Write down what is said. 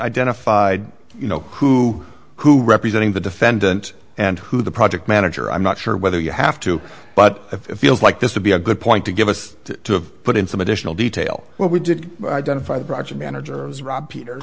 identified you know who who representing the defendant and who the project manager i'm not sure whether you have to but if feels like this to be a good point to give us to put in some additional detail what we did identify the project manager as rob peter